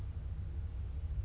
if my